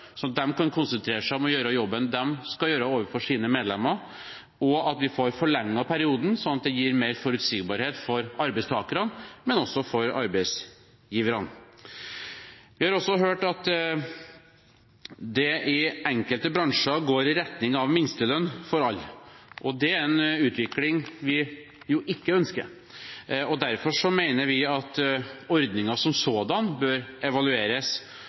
at de kan konsentrere seg om å gjøre jobben de skal gjøre overfor sine medlemmer, og at vi får forlenget perioden, slik at det gir større forutsigbarhet for arbeidstakerne, men også for arbeidsgiverne. Vi har også hørt at det i enkelte bransjer går i retning av minstelønn for alle, og det er en utvikling vi ikke ønsker. Derfor mener vi at ordningen som sådan bør evalueres,